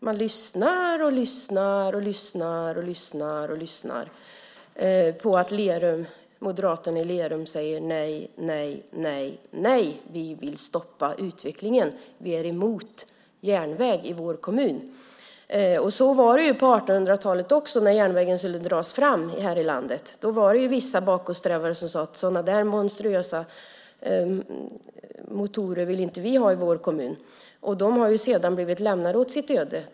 Man lyssnar och lyssnar på moderaterna i Lerum, som säger: Nej, nej, nej, vi vill stoppa utvecklingen och är emot järnväg i vår kommun. Så var det också på 1800-talet, där järnvägen här i landet skulle dras fram. Vissa bakåtsträvare sade: Sådana där monstruösa motorer vill vi inte ha i vår kommun. De har sedan blivit lämnade åt sitt öde.